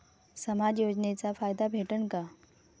समाज योजनेचा फायदा भेटन का?